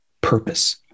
purpose